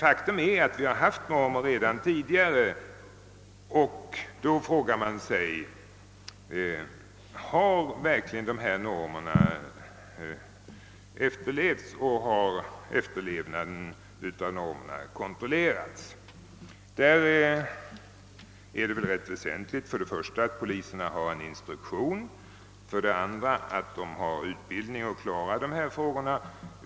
Faktum är emellertid att det redan tidigare funnits normer, och då frågar man sig om dessa verkligen efterlevts och om efterlevnaden kontrollerats. Det är rätt väsentligt att poliserna för det första har en instruktion och att de för det andra har utbildning för att kunna klara dessa problem.